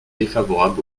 défavorable